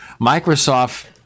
Microsoft